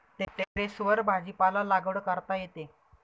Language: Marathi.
टेरेसवर भाजीपाला लागवड करता येते